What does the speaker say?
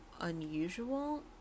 unusual